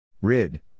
Rid